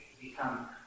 become